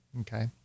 Okay